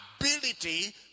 ability